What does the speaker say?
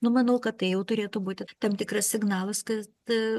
nu manau kad tai jau turėtų būti tam tikras signalas kad